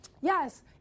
Yes